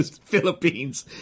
Philippines